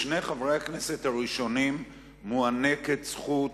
לשני חברי הכנסת הראשונים מוענקת זכות